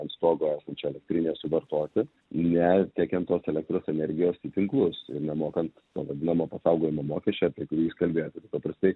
ant stogo esančioj elektrinėj suvartoti netiekiant tos elektros energijos į tinklus ir nemokant to vadinamo pasaugojimo mokesčio apie kurį jūs kalbėjot paprastai